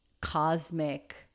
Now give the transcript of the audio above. cosmic